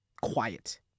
quiet